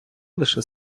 лише